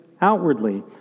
outwardly